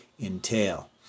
entail